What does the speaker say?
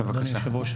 אדוני יושב-ראש